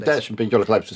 dešimt penkiolika laipsnių